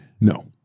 No